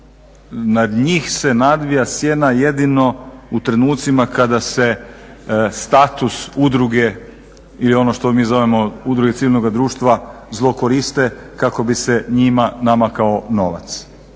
nad njih se nadvija sjena jedino u trenucima kada se status udruge ili ono što mi zovemo Udruge civilnoga društva zlo koriste kako bi se njima namakao novac.